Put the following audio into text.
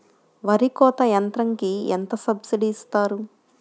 వరి కోత యంత్రంకి ఎంత సబ్సిడీ ఇస్తారు?